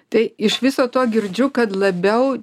tai iš viso to girdžiu kad labiau